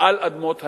על אדמות הנגב.